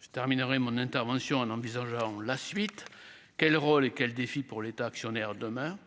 je terminerai mon intervention en envisageant la suite quel rôle et quel défi pour l'État actionnaire demain